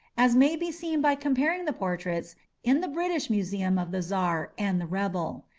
as may be seen by comparing the portraits in the british museum of the czar and the rebel.